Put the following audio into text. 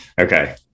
Okay